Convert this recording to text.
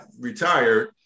retired